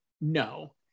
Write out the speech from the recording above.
no